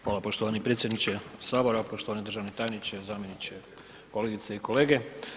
Hvala poštovani predsjedniče sabora, poštovani državni tajniče, zamjeniče, kolegice i kolege.